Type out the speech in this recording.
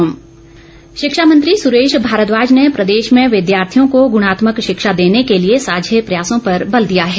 सुरेश भारद्वाज शिक्षा मंत्री सुरेश भारद्वाज ने प्रदेश में विद्यार्थियों को गुणात्मक शिक्षा देने के लिए सांझे प्रयासों पर बल दिया है